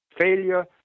failure